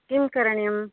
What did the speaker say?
किं करणीयं